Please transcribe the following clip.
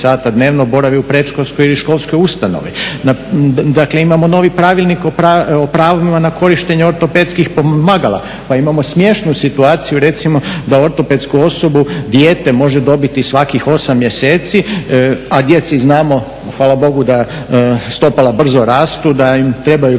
dnevno boravi u predškolskoj ili školskoj ustanovi. Dakle, imamo novi pravilnik o pravima na korištenje ortopedskih pomagala, pa imamo smiješnu situaciju recimo da ortopedsku opremu dijete može dobit svakih 8 mjeseci, a djeci znamo hvala Bogu da stopala brzo rastu, da im trebaju